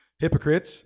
Hypocrites